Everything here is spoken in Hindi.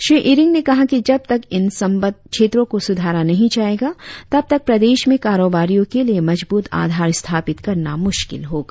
श्री ईरिंग ने कहा कि जबतक इन संबंद्ध क्षेत्रों को सुधारा नहीं जाएगा तब तक प्रदेश में कारोबारियों के लिए मजबूत आधार स्थापित करना मुश्किल होगा